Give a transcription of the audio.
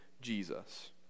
Jesus